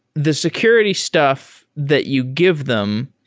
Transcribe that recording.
the security stuff that you give them,